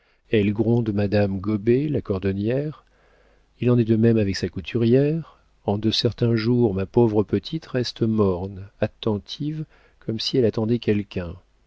elle gronde madame gobet la cordonnière il en est de même avec sa couturière en de certains jours ma pauvre petite reste morne attentive comme si elle attendait quelqu'un